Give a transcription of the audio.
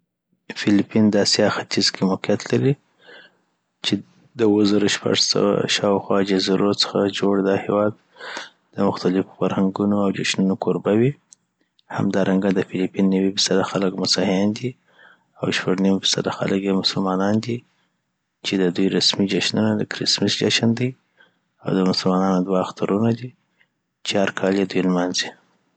فیلیپین د اسیا ختیځ کي موقیعت لري چی د اوو زره شپږ سوه شااوخوا جزیرو څخه جوړ دا هیواد دمختلفو فرهنګونو او جنشونو کوربه وي همدارنګه د فیلیپین نوی فیصده خلک مسیحیان دي او شپږ نیم فیصده خلک یی مسلمانانو دی چي ددوی رسمی جشنونه د کریمس جشن دی او د مسلمانانو دوه اخترونه دي چی هرکال یی دوی لمانځی